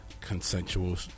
consensual